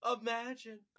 Imagine